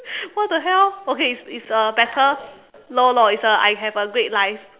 what the hell okay it's it's a better no no it's a I have a great life